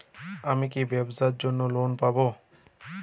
আমি কি ব্যবসার জন্য লোন পাব?